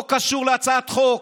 לא קשור להצעת חוק.